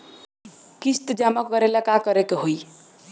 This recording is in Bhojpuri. किस्त जमा करे ला का करे के होई?